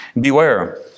Beware